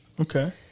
Okay